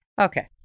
Okay